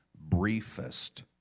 briefest